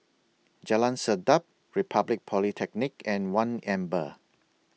Jalan Sedap Republic Polytechnic and one Amber